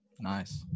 Nice